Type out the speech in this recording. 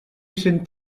cent